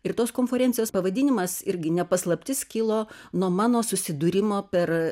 ir tos konforencijos pavadinimas irgi ne paslaptis kilo nuo mano susidūrimo per